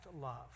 love